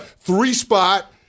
three-spot